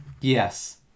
Yes